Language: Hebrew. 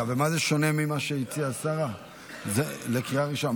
במה זה שונה ממה שהציעה השרה לקריאה ראשונה?